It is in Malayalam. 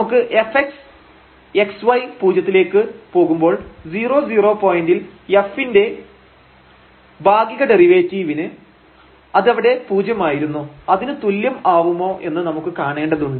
നമുക്ക് fx xy പൂജ്യത്തിലേക്ക് പോകുമ്പോൾ 00 പോയന്റിൽ f ൻറെ ഭാഗിക ഡെറിവേറ്റീവിന് അതവിടെ പൂജ്യമായിരുന്നു അതിനു തുല്യം ആവുമോ എന്ന് നമുക്ക് കാണേണ്ടതുണ്ട്